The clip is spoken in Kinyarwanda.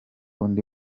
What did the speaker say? undi